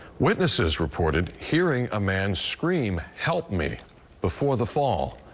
witnesses reported hearing a man scream help me before the fall.